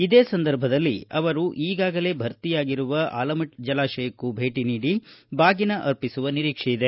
ಇದೇ ಸಂದರ್ಭದಲ್ಲಿ ಅವರು ಈಗಾಗಲೇ ಭರ್ತಿಯಾಗಿರುವ ಆಲಮಟ್ಟಿ ಜಲಾಶಯಕ್ಕೂ ಭೇಟಿ ನೀಡಿ ಬಾಗಿನ ಅರ್ಪಿಸುವ ನಿರೀಕ್ಷೆ ಇದೆ